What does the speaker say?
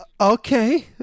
Okay